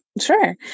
Sure